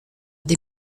des